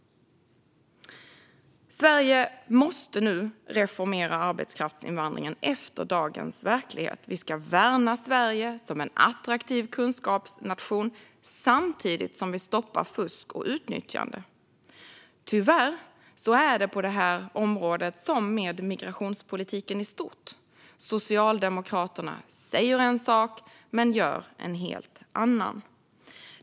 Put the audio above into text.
Sverige måste nu reformera arbetskraftsinvandringen efter dagens verklighet. Vi ska värna Sverige som en attraktiv kunskapsnation samtidigt som vi stoppar fusk och utnyttjande. Tyvärr är det på det här området som med migrationspolitiken i stort: Socialdemokraterna säger en sak men gör en helt annan.